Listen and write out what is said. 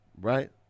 right